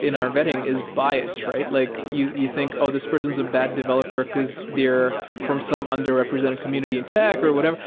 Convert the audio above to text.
in our vetting is bias, right? like you you think, oh, this person is a bad developer because they're from some underrepresented community in tech or whatever.